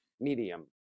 medium